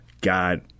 God